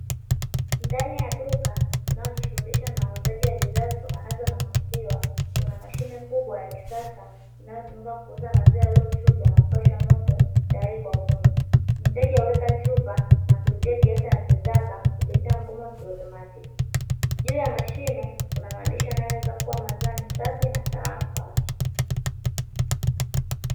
Ndani ya duka linalojishughulisha na uuzaji wa bidhaa zitokanazo na maziwa, kuna mashine kubwa ya kisasa inayotumika kuuza maziwa yaliyochujwa na kupashwa moto tayari kwa kunywa. Mteja huweka chupa na kulipia kiasi anachotaka kupitia mfumo wa kiautomatiki, juu ya mashine kuna maandishi yanayoeleza kuwa maziwa ni safi na salama kwa afya.